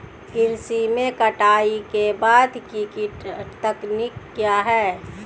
कृषि में कटाई के बाद की तकनीक क्या है?